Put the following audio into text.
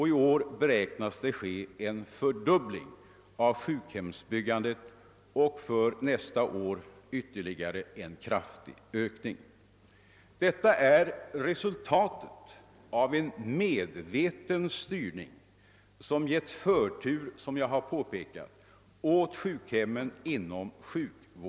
I år beräknas en fördubbling av sjukhemsbyggandet äga rum, och för nästa år sker ytterligare en kraftig ökning. Detta är resultatet av en medveten styrning, som givit förtur åt, som jag påpekade, sjukhemmen.